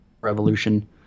Revolution